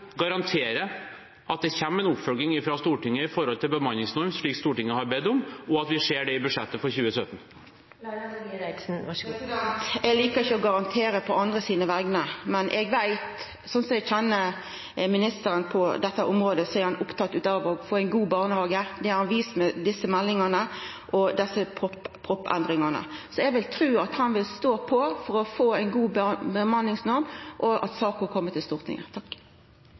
garantere at det kommer en oppfølging fra Stortinget om en bemanningsnorm, slik Stortinget har bedt om, og at vi vil se det i budsjettet for 2017? Eg likar ikkje å garantera på vegner av andre, men eg veit – sånn som eg kjenner ministeren på dette området – at han er oppteken av å få ein god barnehage. Det har han vist med desse meldingane og proposisjonsendringane. Eg vil tru at han vil stå på for å få ei god bemanningsnorm, og at saka kjem til Stortinget.